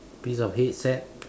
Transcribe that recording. piece of headset